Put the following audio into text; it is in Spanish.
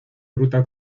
ruta